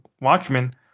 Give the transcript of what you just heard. Watchmen